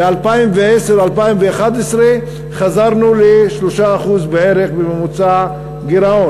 ב-2010 2011 חזרנו ל-3% גירעון בממוצע.